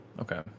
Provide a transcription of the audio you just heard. okay